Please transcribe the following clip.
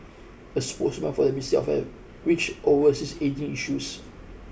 a spokesman for the which oversees ageing issues